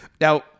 Now